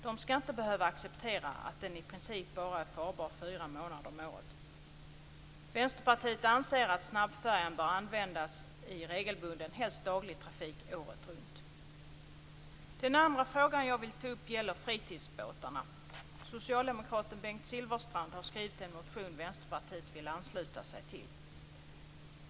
De skall inte behöva acceptera att den i princip bara är farbar fyra månader om året. Vänsterpartiet anser att snabbfärjan bör användas i regelbunden, helst daglig trafik året runt. Den andra frågan jag vill ta upp gäller fritidsbåtarna. Socialdemokraten Bengt Silfverstrand har skrivit en motion som Vänsterpartiet vill ansluta sig till.